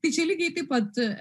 tai čia lygiai taip pat